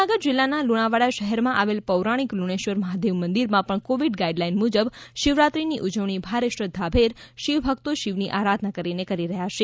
મહીસાગર જિલ્લાના લુણાવાડા શહેરમાં આવેલ પૌરાણિક લુણેશ્વર મહાદેવ મંદિરમાં પણ કોવિડ ગાઈડ લાઈન મુજબ શિવરાત્રીની ઉજવણી ભારે શ્રધ્ધા ભેર શિવ ભક્તો શિવની આરાધના કરીને કરી રહ્યા છે